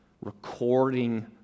recording